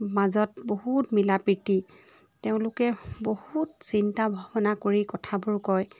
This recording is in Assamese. মাজত বহুত মিলা প্ৰীতি তেওঁলোকে বহুত চিন্তা ভাৱনা কৰি কথাবোৰ কয়